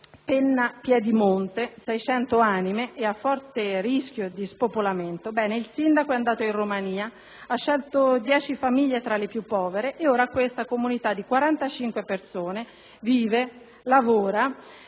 Pennapiedimonte, 600 anime, ma a forte rischio di spopolamento, il cui sindaco è andato in Romania, ha scelto dieci famiglie tra le più povere ed ora questa comunità di 45 persone vive lì, lavora e frequenta le scuole